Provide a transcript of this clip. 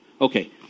Okay